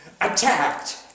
Attacked